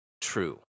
true